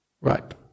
Right